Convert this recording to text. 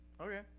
okay